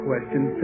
question